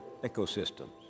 ecosystems